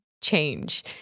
change